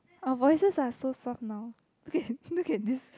our voices are so soft now look at this